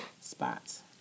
spots